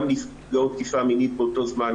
נפגעות תקיפה מינית באותו זמן.